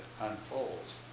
unfolds